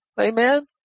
Amen